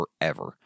forever